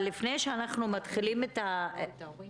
לפני כן, אחז אגם.